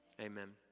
Amen